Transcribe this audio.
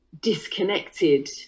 disconnected